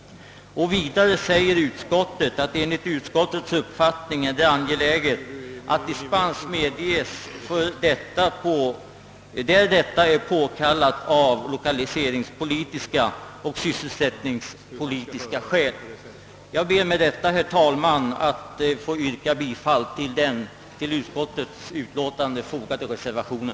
Utskottsreservanterna säger vidare, att det enligt utskottets uppfattning är angeläget att dispens medges där detta är påkallat av lokaliseringspolitiska och sysselsättningspolitiska skäl. Jag ber med detta, herr talman, att få yrka bifall till den vid utskottets utlåtande fogade reservationen.